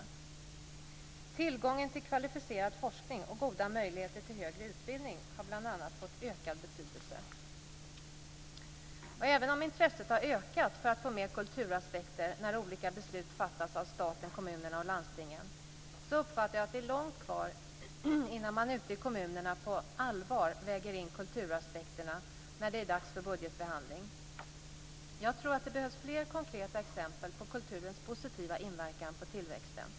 Bl.a. tillgången till kvalificerad forskning och goda möjligheter till högre utbildning har fått ökad betydelse. Även om intresset har ökat för att få med kulturaspekter när olika beslut fattas av staten, kommunerna och landstingen uppfattar jag att det är långt kvar innan man ute i kommunerna på allvar väger in kulturaspekterna när det är dags för budgetbehandling. Jag tror att det behövs fler konkreta exempel på kulturens positiva inverkan på tillväxten.